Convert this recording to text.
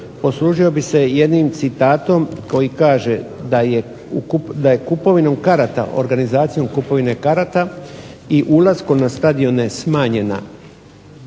Poslužio bih se jednim citatom koji kaže da je kupovinom karata, organizacijom kupovine karata i ulaskom na stadione smanjena,